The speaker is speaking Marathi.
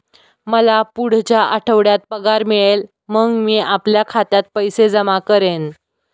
मला पुढच्या आठवड्यात पगार मिळेल मग मी आपल्या खात्यात पैसे जमा करेन